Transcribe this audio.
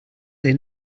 they